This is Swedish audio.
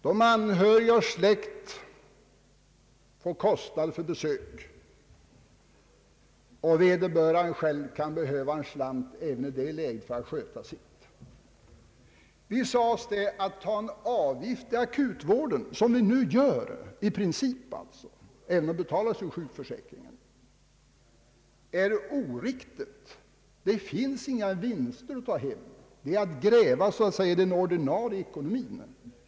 De anhöriga har kostnader för besök, och vederbörande själv kan behöva en slant även i det läget för att sköta sitt. Vi sade oss: Att ta en avgift i akutvården, som vi nu gör i princip, även om den betalas av försäkringskassan, är oriktigt. Där finns inga vinster att ta hem. Det är så att säga att gräva i den ordinarie ekonomin.